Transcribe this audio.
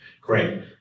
Great